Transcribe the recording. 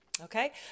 Okay